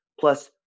plus